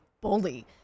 bully